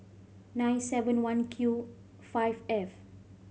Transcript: nine seven one Q five F